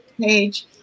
page